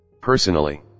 personally